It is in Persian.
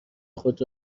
خود